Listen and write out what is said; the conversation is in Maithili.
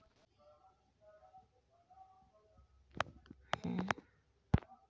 जे जीव के डी.एन.ए कें आनुवांशिक इंजीनियरिंग सं बदलि देल जाइ छै, ओ जी.एम कहाबै छै